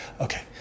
okay